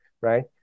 right